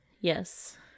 Yes